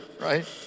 right